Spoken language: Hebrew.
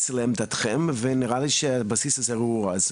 לעמדתכם ונראה לי שהבסיס הזה הוא החשוב.